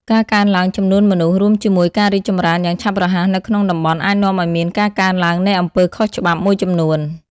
ការកើនឡើងចំនួនមនុស្ស រួមជាមួយការរីកចម្រើនយ៉ាងឆាប់រហ័សនៅក្នុងតំបន់ អាចនាំឲ្យមានការកើនឡើងនៃអំពើខុសច្បាប់ មួយចំនួន។